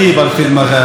שלא יעז לפגוע במשפט הזה: